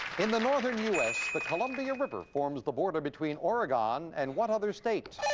in the northern u s, the columbia river forms the border between oregon and what other state?